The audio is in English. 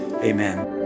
Amen